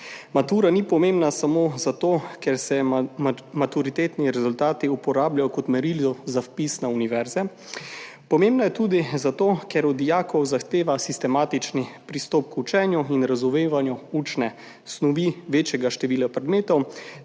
Matura ni pomembna samo zato, ker se maturitetni rezultati uporabljajo kot merilo za vpis na univerze. Pomembno je tudi zato, ker od dijakov zahteva sistematičen pristop k učenju in razumevanju učne snovi večjega števila predmetov